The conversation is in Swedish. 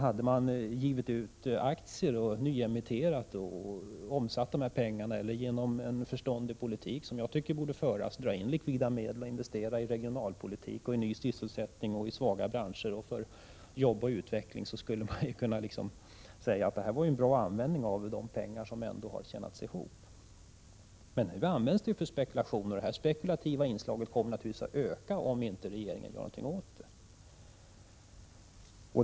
Hade man gett ut aktier, nyemitterat, omsatt de här pengarna eller genom en förståndig politik som jag tycker borde föras dragit in likvida medel och investerat i regionalpolitiken, i ny sysselsättning, i svaga branscher och för jobb och utveckling, då skulle man kunna säga: Detta var ju en bra användning av de pengar som ändå har tjänats ihop. Men nu används dessa pengar för spekulation, och detta spekulativa inslag kommer naturligtvis att öka om inte regeringen gör någonting åt det.